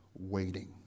waiting